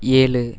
ஏழு